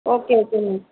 okay okay ma'am